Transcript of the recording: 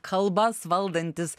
kalbas valdantis